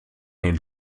den